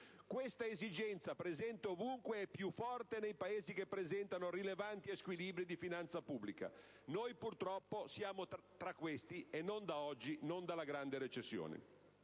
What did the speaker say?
Questa esigenza, presente ovunque, è più forte nei Paesi che manifestano rilevanti squilibri di finanza pubblica. Noi, purtroppo, siamo tra questi. E non da oggi, non dalla grande recessione.